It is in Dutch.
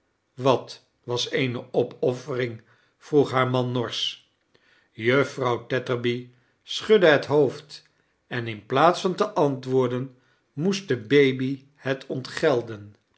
wat was eene opoffering vroeg haar man norsch juffrouw tetterby schudde het hoofd en in plaats van te antwoorden moest de baby het